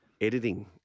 editing